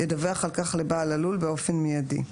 ידווח על כך לבעל הלול באופן מיידי.